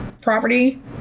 property